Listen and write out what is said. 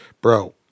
bro